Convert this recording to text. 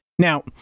Now